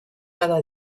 cada